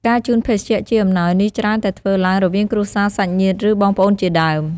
ការជូនភេសជ្ជៈជាអំណោយនេះច្រើនតែធ្វើឡើងរវាងគ្រួសារ សាច់ញាតិ ឬ បងប្អូនជាដើម។